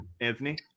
Anthony